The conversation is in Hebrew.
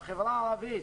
בחברה הערבית,